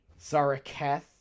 Zaraketh